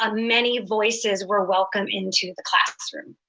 ah many voices were welcomed into the classroom.